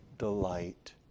Delight